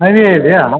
ಅಲ್ಲಿಯೇ ಇದೆಯಾ ಹ್ಞೂ ಹ್ಞೂ